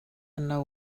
know